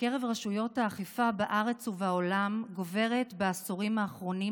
בקרב רשויות האכיפה בארץ ובעולם גוברת בעשורים האחרונים